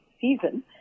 season